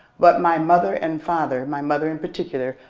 but my mother and father, my mother in particular,